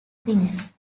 prince